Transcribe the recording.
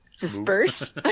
disperse